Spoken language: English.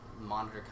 monitor